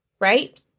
right